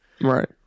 Right